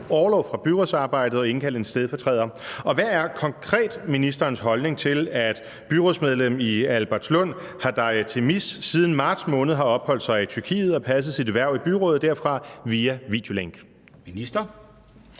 orlov fra byrådsarbejdet og indkalde en stedfortræder, og hvad er konkret ministerens holdning til, at byrådsmedlem i Albertslund Hediye Temiz (R) siden marts måned har opholdt sig i Tyrkiet og passet sit hverv i byrådet derfra via videolink? Kl.